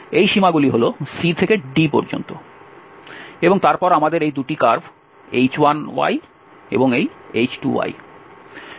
এই সীমাগুলি হল c থেকে d পর্যন্ত এবং তারপর আমাদের এই 2 টি কার্ভ h1 এবং এই h2